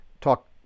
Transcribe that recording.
talk